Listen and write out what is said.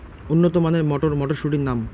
উন্নত মানের মটর মটরশুটির নাম?